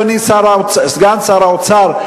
אדוני סגן שר האוצר,